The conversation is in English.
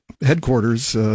headquarters